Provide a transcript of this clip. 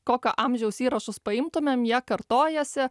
kokio amžiaus įrašus paimtumėm jie kartojasi